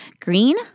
Green